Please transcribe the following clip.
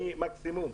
מקסימום.